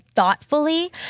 thoughtfully